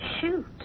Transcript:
shoot